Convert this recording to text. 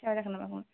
रालायखोना माखोमोन